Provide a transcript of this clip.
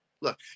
Look